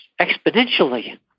exponentially